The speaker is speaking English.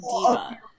diva